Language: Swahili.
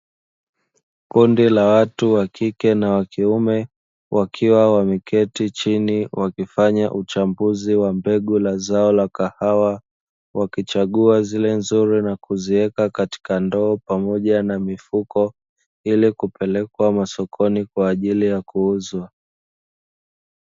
Kundi la watu wa kike na wa kiume, wakiwa wameketi chini wakifanya uchambuzi wa mbegu la zao la kahawa. Wakichagua zile nzuri na kuziweka katika ndoo pamoja na mifuko, ili kupelekwa masokoni kwa ajili ya kuuzwa.